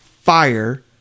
fire